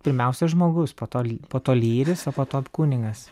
pirmiausia žmogus po to lyg po to lyris o po to kunigas